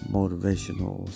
motivational